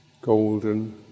golden